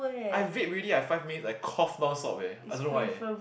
I vape already I five minutes like cough non stop eh I don't know why